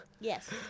Yes